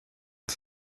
est